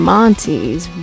Monty's